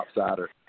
outsider